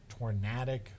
tornadic